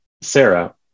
Sarah